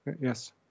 Yes